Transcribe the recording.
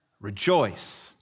rejoice